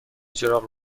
چراغ